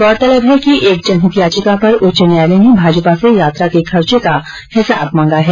गौरतलब है कि एक जनहित याचिका पर उच्च न्यायालय ने भाजपा से यात्रा के खर्चे का हिसाब मांगा हैं